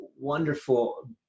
wonderful